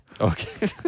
Okay